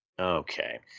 Okay